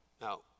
Now